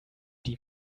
die